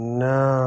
no